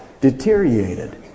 Deteriorated